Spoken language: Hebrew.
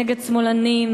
נגד שמאלנים,